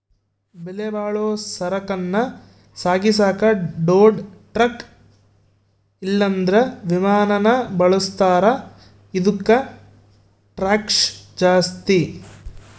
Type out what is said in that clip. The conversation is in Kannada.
ಬೆಲೆಬಾಳೋ ಸರಕನ್ನ ಸಾಗಿಸಾಕ ದೊಡ್ ಟ್ರಕ್ ಇಲ್ಲಂದ್ರ ವಿಮಾನಾನ ಬಳುಸ್ತಾರ, ಇದುಕ್ಕ ಟ್ಯಾಕ್ಷ್ ಜಾಸ್ತಿ